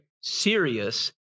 serious